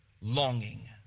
longing